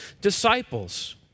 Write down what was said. disciples